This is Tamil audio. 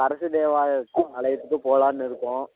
அரசு தேவாலயத்துக்கும் அழைச்சுட்டு போகலான்னு இருக்கோம்